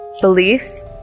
beliefs